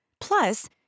Plus